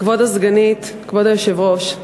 כבוד הסגנית, כבוד היושב-ראש,